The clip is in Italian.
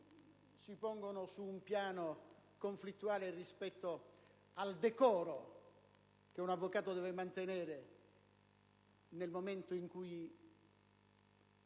si pongono su un piano conflittuale rispetto al decoro che un avvocato deve mantenere nel momento in cui